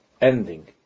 ending